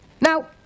Now